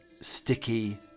sticky